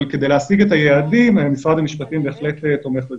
כדי להשיג את היעדים משרד המשפטים בהחלט תומך בזה.